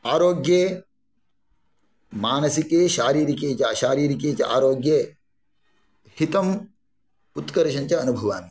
आरोग्ये मानसिके शारीरिके च शारीरिके च आरोग्ये हितं उत्कर्षञ्च अनुभवामि